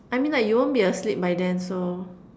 I mean like you won't be asleep by then so